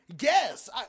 Yes